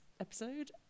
episode